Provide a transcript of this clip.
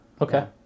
okay